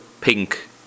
pink